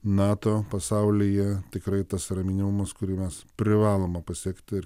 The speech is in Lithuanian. nato pasaulyje tikrai tas raminimas kurį mes privalome pasiekti ir